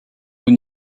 haut